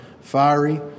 fiery